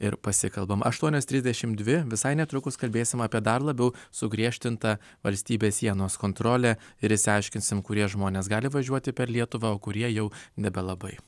ir pasikalbam aštuonios trisdešimt dvi visai netrukus kalbėsim apie dar labiau sugriežtintą valstybės sienos kontrolę ir išsiaiškinsim kurie žmonės gali važiuoti per lietuvą kurie jau nebelabai